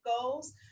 goals